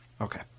Okay